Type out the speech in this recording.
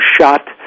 shot